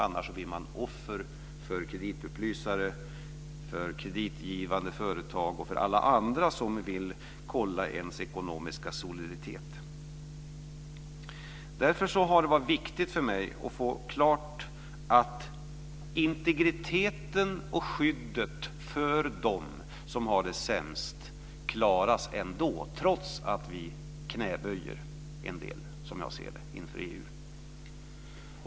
Annars blir man offer för kreditupplysare, kreditgivande företag och för alla andra som vill kolla ens ekonomiska soliditet. Därför har det varit viktigt för mig att få klart att integriteten och skyddet för dem som har det sämst klaras ändå, trots att vi knäböjer en del, som jag ser det, inför EU.